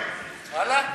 2007. ואללה?